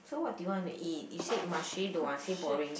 so what do you wanna eat you say Marche don't want say boring